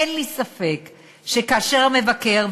אין לי ספק שכאשר המבקר,